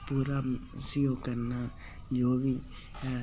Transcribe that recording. पूरा उसी ओह् करना जि'यां कि